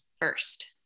first